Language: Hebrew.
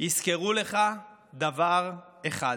יזכרו לך דבר אחד,